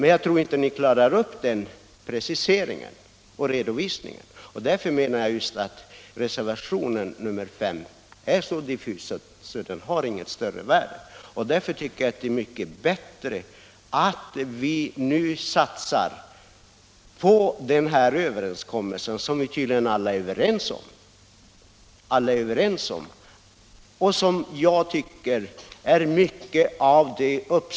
Jag tror inte att ni kan säga detta och därför menar jag att reservationen 5 är så diffus att den inte har något större värde. Därför är det mycket bättre att satsa på den överenskommelse som = Nr 47 träffats mellan staten och Industriförbundet och som alla i utskottet tyd Torsdagen den ligen står bakom.